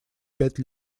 пять